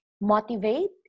motivate